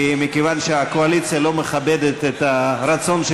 מכיוון שהקואליציה לא מכבדת את הרצון של